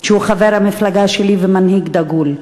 שהיה חבר המפלגה שלי ומנהיג דגול.